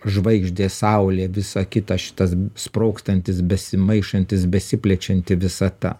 žvaigždės saulė visa kita šitas sprogstantis besimaišantis besiplečianti visata